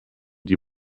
die